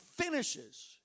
finishes